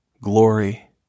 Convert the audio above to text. glory